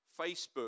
Facebook